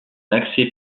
accès